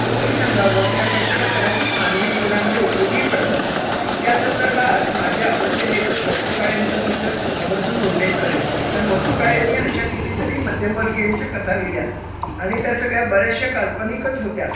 कोणी सांगावं त्या कल्पना कदाचित मानवी जीवनामध्ये उपयोगीही पडतात या संदर्भात माझे आवडते लेखक व पु काळेंचं मी इथं आवर्जून उल्लेख करेन कारण व पु काळेंनी अशा कितीतरी मध्यमवर्गीयांच्या कथा लिहिल्या आणि त्या सगळ्या बऱ्याचशा काल्पनिकच होत्या